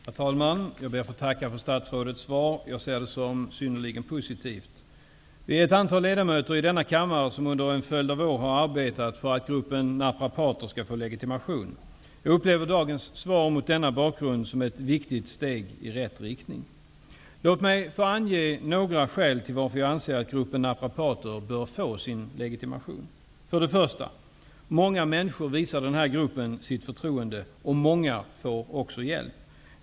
Herr talman! Jag ber att få tacka för statsrådets svar, som jag ser som synnerligen positivt. Vi är ett antal ledamöter i denna kammare som under en följd av år har arbetat för att gruppen naprapater skall få legitimation. Mot denna bakgrund ser jag dagens svar som ett viktigt steg i rätt riktning. Låt mig ange några skäl till varför jag anser att gruppen naprapater bör få sin legitimation. För det första: Många människor visar den här gruppen sitt förtroende, och många får också hjälp.